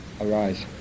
arise